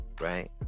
Right